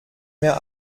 mehr